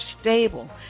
stable